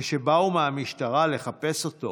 כשבאו מהמשטרה לחפש אותו